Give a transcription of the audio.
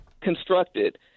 constructed